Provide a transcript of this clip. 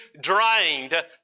drained